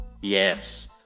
Yes